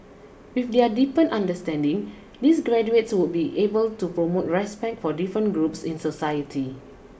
with their deepened understanding these graduates would be able to promote respect for different groups in society